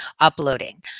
uploading